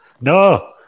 No